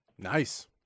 Nice